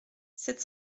sept